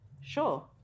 Sure